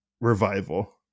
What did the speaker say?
revival